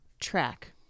track